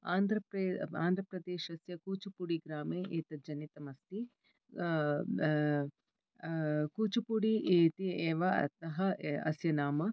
आन्ध्रप्रदेशस्य कुचुपुडि ग्रामे एतत् जनितमस्ति कुचुपुडि इति एव अतः अस्य नाम